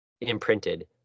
imprinted